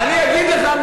אני אגיד לך.